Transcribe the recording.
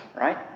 right